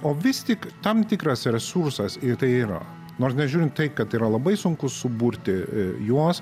o vis tik tam tikras resursas ir tai yra nors nežiūrint tai kad yra labai sunku suburti juos